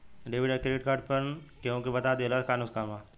Debit या credit card PIN केहूके बता दिहला से का नुकसान ह?